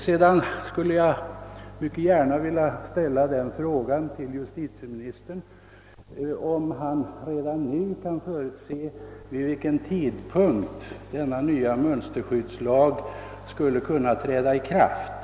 Sedan vill jag också fråga justitieministern om han redan nu kan förutse vid vilken tidpunkt denna nya mönsterskyddslag skulle kunna träda i kraft.